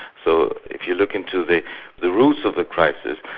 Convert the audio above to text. so if you look into the the roots of the crisis,